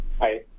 Hi